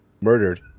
murdered